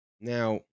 Now